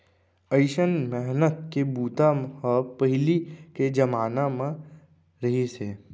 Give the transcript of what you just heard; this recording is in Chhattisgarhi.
अइसन मेहनत के बूता ह पहिली के जमाना म रहिस हे